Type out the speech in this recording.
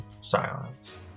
silence